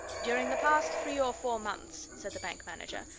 during the past three or four months, said the bank manager,